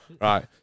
Right